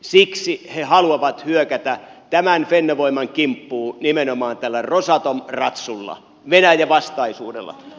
siksi he haluavat hyökätä fennovoiman kimppuun nimenomaan tällä rosatom ratsulla venäjä vastaisuudella